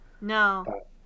No